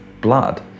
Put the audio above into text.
blood